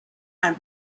and